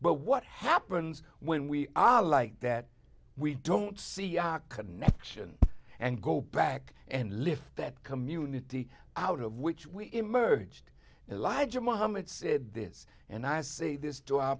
but what happens when we all like that we don't see a connection and go back and live that community out of which we emerged alija mohamed said this and i say this to our